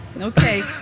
okay